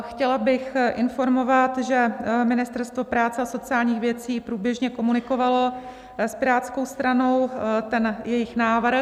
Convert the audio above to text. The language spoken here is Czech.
Chtěla bych informovat, že Ministerstvo práce a sociálních věcí průběžně komunikovalo s Pirátskou stranou jejich návrh.